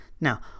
now